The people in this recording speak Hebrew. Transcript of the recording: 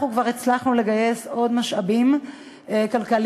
אנחנו כבר הצלחנו לגייס עוד משאבים כלכליים